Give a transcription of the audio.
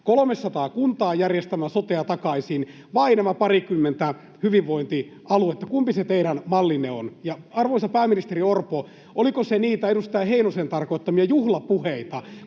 300 kuntaa järjestämään sotea takaisin vai nämä parikymmentä hyvinvointialuetta. Kumpi se teidän mallinne on? Arvoisa pääministeri Orpo, oliko se niitä edustaja Heinosen tarkoittamia juhlapuheita,